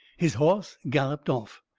his hoss galloped off.